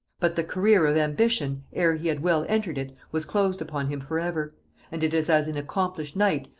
but the career of ambition, ere he had well entered it, was closed upon him for ever and it is as an accomplished knight,